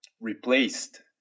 replaced